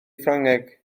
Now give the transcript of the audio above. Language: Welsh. ffrangeg